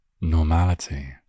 normality